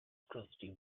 crusty